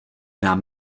nám